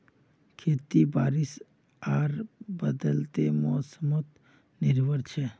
खेती बारिश आर बदलते मोसमोत निर्भर छे